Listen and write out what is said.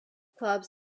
clubs